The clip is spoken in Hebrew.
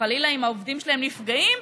שחלילה אם העובדים שלהם נפגעים,